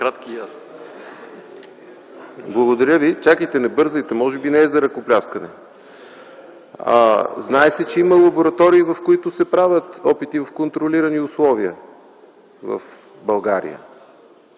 (КБ): Благодаря ви. Чакайте, не бързайте! Може би не е за ръкопляскане. Не знае се, че има лаборатории, в които се правят опити в контролирани условия в България.